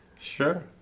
sure